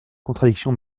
contradiction